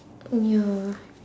mm ya